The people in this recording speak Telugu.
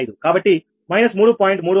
15కాబట్టి 3